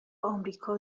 امریکا